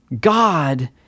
God